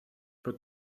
per